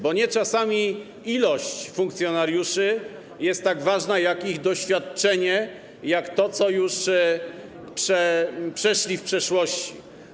Bo czasami nie ilość funkcjonariuszy jest tak ważna jak ich doświadczenie, jak to, co już przeszli w przeszłości.